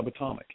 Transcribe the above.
subatomic